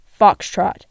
Foxtrot